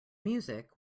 music